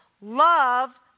Love